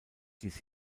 dies